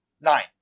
Nine